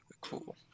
cool